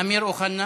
אמיר אוחנה,